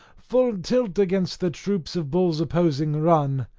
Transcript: full tilt against the troops of bulls opposing run.